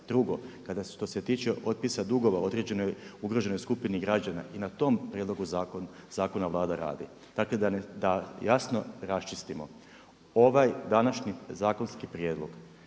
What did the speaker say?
Drugo, što se tiče otpisa dugova određenoj ugroženoj skupini građana i na tom prijedlogu zakona Vlada radi. Dakle da jasno raščistimo, ovaj današnji zakonski prijedlog